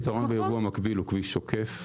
הפתרון בייבוא המקביל הוא כביש עוקף.